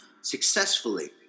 successfully